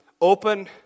open